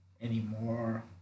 anymore